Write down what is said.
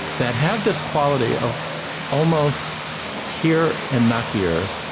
that have this quality of almost here and not here.